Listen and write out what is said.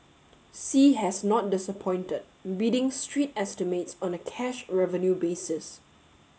sea has not disappointed beating street estimates on a cash revenue basis